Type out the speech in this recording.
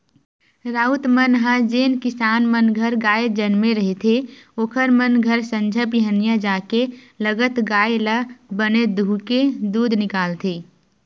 राउत मन ह जेन किसान मन घर गाय जनमे रहिथे ओखर मन घर संझा बिहनियां जाके लगत गाय ल बने दूहूँके दूद निकालथे